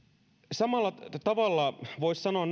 samalla tavalla voisi sanoa